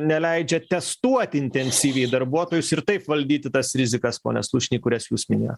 neleidžia testuoti intensyviai darbuotojus ir taip valdyti tas rizikas pone slušny kurias jūs minėjot